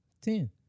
Ten